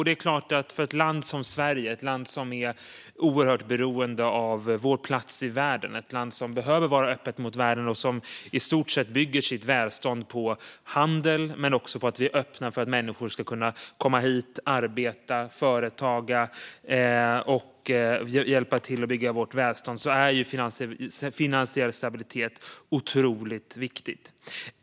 Det är klart att för ett land som Sverige, som är beroende av sin plats i världen, behöver vara öppet mot världen och i stort sett bygger sitt välstånd på handel och på att vi är öppna för att människor ska kunna kommit hit, arbeta, företaga och hjälpa till att bygga vårt välstånd, är finansiell stabilitet otroligt viktigt.